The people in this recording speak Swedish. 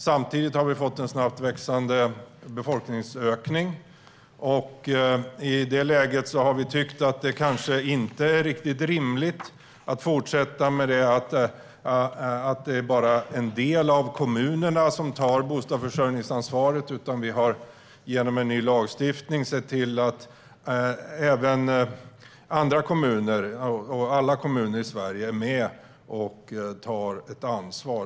Samtidigt har vi fått en snabb befolkningsökning, och i det läget har vi tyckt att det kanske inte är riktigt rimligt att fortsätta med att det bara är en del av kommunerna som tar bostadsförsörjningsansvaret. Vi har genom ny lagstiftning sett till att även andra kommuner, alla kommuner i Sverige, är med och tar ansvar.